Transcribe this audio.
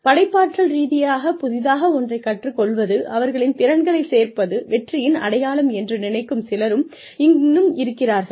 படைப்பாற்றல் ரீதியாகப் புதிதாக ஒன்றைக் கற்றுக் கொள்வது அவர்களின் திறன்களை சேர்ப்பது வெற்றியின் அடையாளம் என்று நினைக்கும் சிலரும் இன்னும் இருக்கிறார்கள்